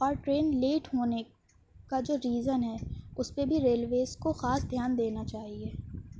اور train late ہونے کا جو ریزن ہے اس پہ بھی ریلویز کو خاص دھیان دینا چاہیے